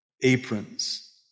aprons